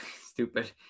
Stupid